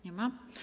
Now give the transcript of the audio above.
Nie ma.